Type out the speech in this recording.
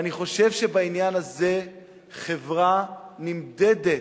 אני חושב שבעניין הזה חברה נמדדת,